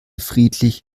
friedlich